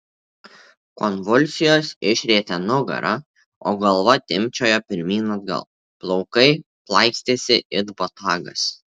konvulsijos išrietė nugarą o galva timpčiojo pirmyn atgal plaukai plaikstėsi it botagas